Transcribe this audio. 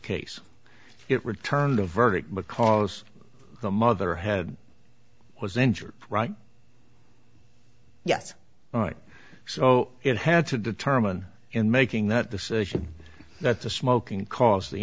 case it returned a verdict because the mother had was injured right yes all right so it had to determine in making that decision that the smoking caused the